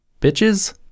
bitches